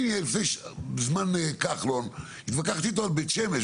אני בזמן כחלון, התווכחתי איתו על בית שמש.